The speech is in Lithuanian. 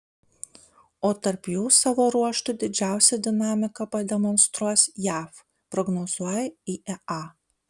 o tarp jų savo ruožtu didžiausią dinamiką pademonstruos jav prognozuoja iea